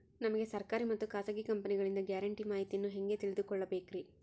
ನಮಗೆ ಸರ್ಕಾರಿ ಮತ್ತು ಖಾಸಗಿ ಕಂಪನಿಗಳಿಂದ ಗ್ಯಾರಂಟಿ ಮಾಹಿತಿಯನ್ನು ಹೆಂಗೆ ತಿಳಿದುಕೊಳ್ಳಬೇಕ್ರಿ?